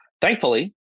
thankfully